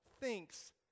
thinks